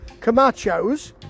Camachos